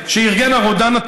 תסבר את אוזנינו מה לגבי ארדואן.